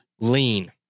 Lean